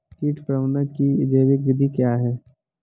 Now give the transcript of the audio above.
कीट प्रबंधक की जैविक विधि क्या है?